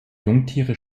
jungtiere